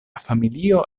familio